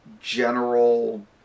general